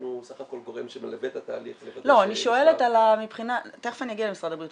אנחנו סך הכל גורם שמלווה את התהליך -- תיכף אני אגיע למשרד הבריאות.